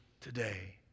Today